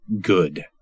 good